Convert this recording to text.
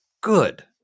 good